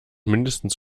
mindestens